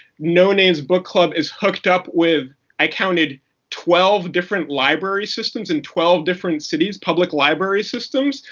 noname's book club is hooked up with i counted twelve different library systems in twelve different cities, public library systems!